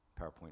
PowerPoint